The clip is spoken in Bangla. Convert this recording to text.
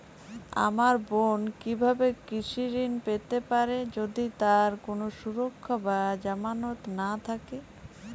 আমার বোন কীভাবে কৃষি ঋণ পেতে পারে যদি তার কোনো সুরক্ষা বা জামানত না থাকে?